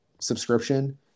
subscription